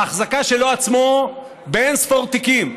ההחזקה שלו עצמו באין-ספור תיקים,